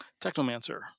technomancer